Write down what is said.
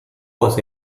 was